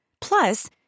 Plus